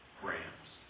grams